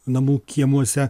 namų kiemuose